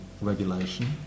regulation